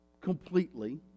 completely